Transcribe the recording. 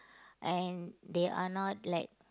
and they are not like